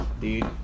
Dude